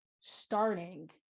starting